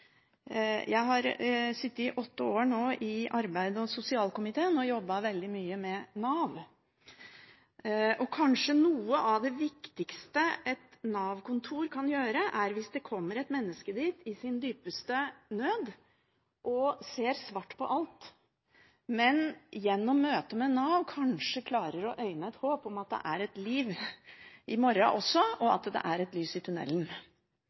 Jeg satt åtte år i arbeids- og sosialkomiteen og jobbet veldig mye med Nav. Kanskje noe av det viktigste et Nav-kontor kan gjøre, er hvis det kommer et menneske dit i sin dypeste nød og ser svart på alt, men gjennom møtet med Nav kanskje klarer å øyne et håp om at det er et liv i morgen også, og at det er et lys i